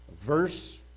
verse